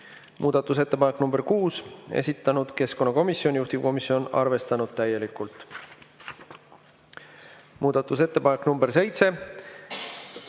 Muudatusettepanek nr 6, esitanud keskkonnakomisjon, juhtivkomisjon on arvestanud täielikult. Muudatusettepanek nr 7,